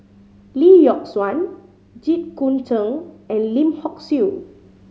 Lee Yock Suan Jit Koon Ch'ng and Lim Hock Siew